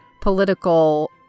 political